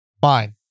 Fine